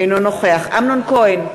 אינו נוכח אמנון כהן,